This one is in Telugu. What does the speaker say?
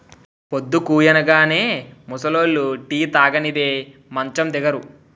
పొద్దుకూయగానే ముసలోళ్లు టీ తాగనిదే మంచం దిగరు